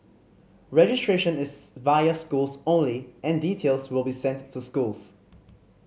registration is via schools only and details will be sent to schools